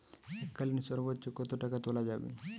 এককালীন সর্বোচ্চ কত টাকা তোলা যাবে?